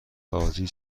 بازی